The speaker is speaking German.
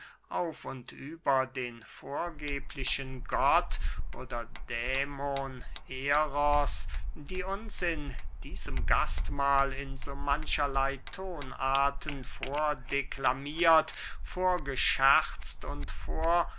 auf und über den vorgeblichen gott oder dämon eros die uns in diesem gastmahl in so mancherley tonarten vordeklamiert vorgescherzt und vorprofetisiert